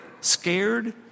scared